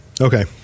Okay